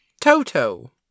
Toto